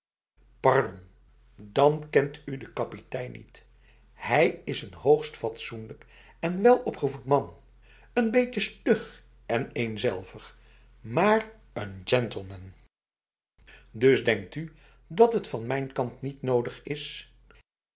dan kent u de kapitein niet hij is een hoogst fatsoenlijk en welopgevoed man n beetje stug en eenzelvig maar n gentleman dus denkt u dat het van mijn kant niet nodig is